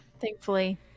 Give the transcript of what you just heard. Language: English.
Thankfully